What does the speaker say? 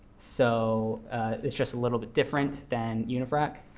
so it's just a little bit different than unifrac.